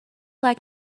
like